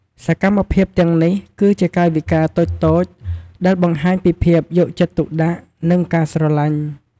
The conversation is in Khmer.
សកម្មភាពទាំងនេះ គឺជាកាយវិការតូចៗដែលបង្ហាញពីភាពយកចិត្តទុកដាក់ និងការស្រឡាញ់។